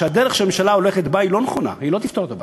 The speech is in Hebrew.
הדרך שהממשלה הולכת בה היא לא נכונה והיא לא תפתור את הבעיה.